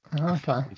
okay